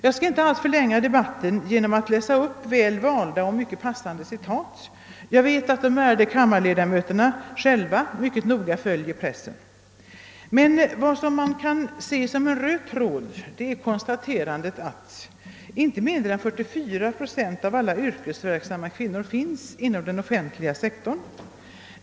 Jag skall inte förlänga debatten genom att läsa upp väl valda och mycket passande citat. Jag vet att de ärade kammarledamöterna själva mycket noggrant följer pressen, men vad man kan se som en röd tråd är konstaterandet att inte mindre än 44 procent av alla yrkesverksamma kvinnor finns inom den offentliga sektorn.